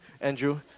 Andrew